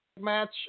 match